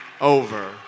over